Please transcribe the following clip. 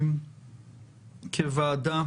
כוועדה,